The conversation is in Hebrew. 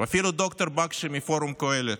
ואפילו ד"ר בקשי מפורום קהלת,